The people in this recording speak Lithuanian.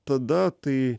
tada tai